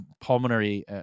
pulmonary